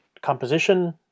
composition